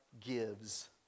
gives